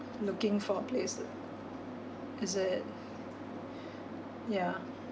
looking for a place to is it ya